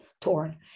torn